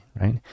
right